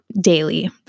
daily